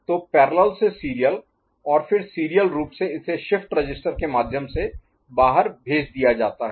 तो पैरेलल से सीरियल और फिर सीरियल रूप से इसे शिफ्ट रजिस्टर के माध्यम से बाहर भेज दिया जाता है